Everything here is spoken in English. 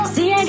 See